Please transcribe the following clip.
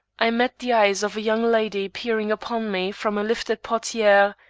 i met the eyes of a young lady peering upon me from a lifted portiere,